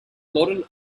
modern